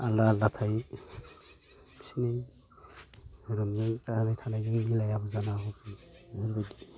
आलादा आलादा थायो बिसिनि रंजानाय थानाय मिलायाबो जानो हागौ बिफोरबायदि